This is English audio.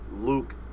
Luke